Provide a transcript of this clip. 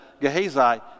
Gehazi